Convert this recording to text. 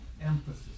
emphasis